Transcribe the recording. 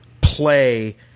play